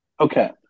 Okay